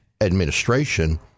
administration